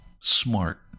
smart